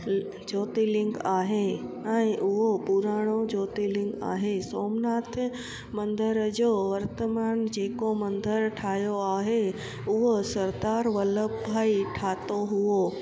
ज्योतिर्लिंग आहे ऐं उहो पूराणो ज्योतिर्लिंग आहे सोमनाथ मंदर जो वर्तमान जेको मंदरु ठाहियो आहे उहो सरदार वल्लभ भाई ठाहियो हुओ